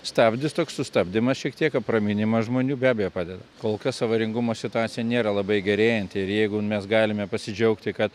stabdis toks sustabdymas šiek tiek apraminimas žmonių be abejo padeda kol kas avaringumo situacija nėra labai gerėjanti ir jeigu mes galime pasidžiaugti kad